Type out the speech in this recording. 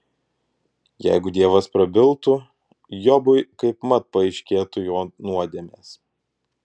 jeigu dievas prabiltų jobui kaipmat paaiškėtų jo nuodėmės